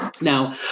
Now